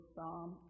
Psalm